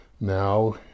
Now